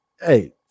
hey